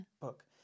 book